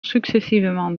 successivement